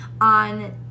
on